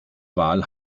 wahl